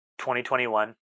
2021